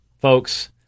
folks –